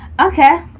Okay